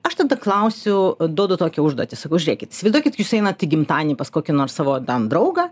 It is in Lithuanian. aš tada klausiu duodu tokią užduotį sakau žiūrėkit įsivaizduokit jūs einat į gimtadienį pas kokį nors savo ten draugą